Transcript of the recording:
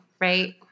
right